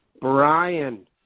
Brian